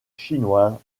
chinois